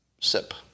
sip